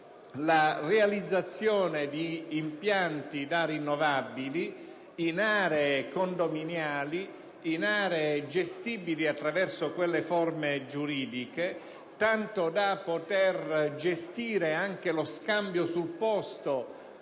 la realizzazione di impianti da fonti rinnovabili in aree condominiali e in aree gestibili attraverso quelle forme giuridiche, tanto da poter gestire anche lo scambio sul posto